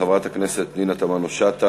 חברת הכנסת פנינה תמנו-שטה.